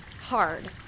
hard